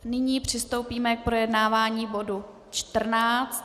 Nyní přistoupíme k projednávání bodu 14.